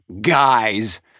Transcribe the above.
guys